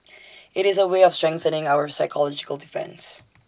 IT is A way of strengthening our psychological defence